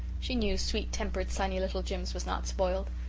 she knew sweet-tempered, sunny, little jims was not spoiled.